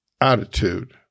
attitude